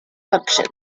functions